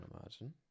imagine